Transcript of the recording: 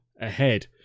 ahead